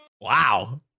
Wow